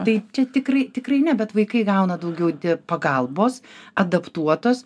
tai čia tikrai tikrai ne bet vaikai gauna daugiau pagalbos adaptuotos